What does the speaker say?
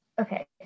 Okay